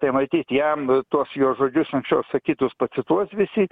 tai matyt jam tuos jo žodžius anksčiau sakytus pacituos visi